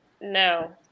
no